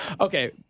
Okay